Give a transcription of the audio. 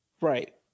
Right